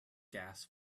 gas